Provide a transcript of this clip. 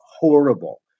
horrible